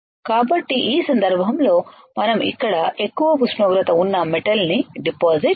కాబట్టి ఈ సందర్భంలో మనం ఇక్కడ ఎక్కువ ఉష్ణోగ్రత ఉన్న మెటల్ ని డిపాజిట్ చేయవచ్చు